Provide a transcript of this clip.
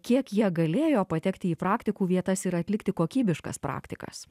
kiek jie galėjo patekti į praktikų vietas ir atlikti kokybiškas praktikas